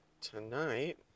tonight